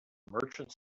merchant